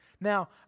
Now